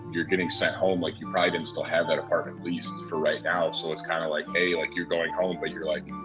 you're getting sent home, like, you probably didn't still have that apartment leased for right now. so it's kind of like, hey, like, you're going home. but you're like,